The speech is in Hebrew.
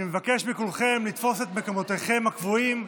אני מבקש מכולכם לתפוס את מקומותיכם הקבועים,